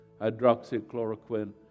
hydroxychloroquine